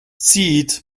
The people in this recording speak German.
zieht